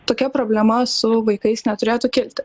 tokia problema su vaikais neturėtų kilti